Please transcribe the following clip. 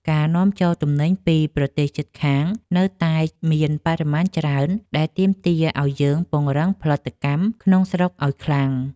ការនាំចូលទំនិញពីប្រទេសជិតខាងនៅតែមានបរិមាណច្រើនដែលទាមទារឱ្យយើងពង្រឹងផលិតកម្មក្នុងស្រុកឱ្យខ្លាំង។